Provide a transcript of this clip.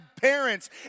parents